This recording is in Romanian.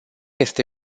este